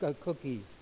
cookies